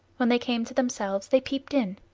when they came to themselves they peeped in.